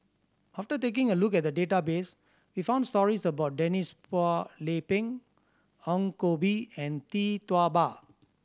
after taking a look at the database we found stories about Denise Phua Lay Peng Ong Koh Bee and Tee Tua Ba